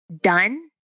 done